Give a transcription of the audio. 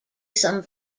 some